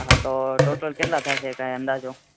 હા તો ટોટલ કેટલા થાસે કાય અંદાજો